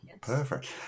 Perfect